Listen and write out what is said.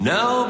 Now